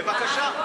בבקשה.